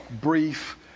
brief